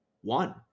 one